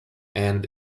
and